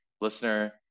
Listener